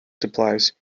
supplies